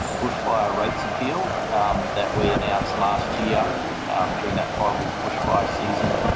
bushfire rates appeal that we announced last year um during that horrible bushfire season.